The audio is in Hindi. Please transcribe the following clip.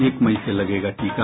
एक मई से लगेगा टीका